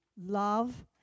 love